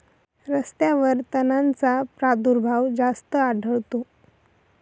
रस्त्यांवर तणांचा प्रादुर्भाव जास्त आढळतो